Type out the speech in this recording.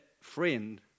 friend